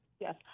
Yes